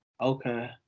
Okay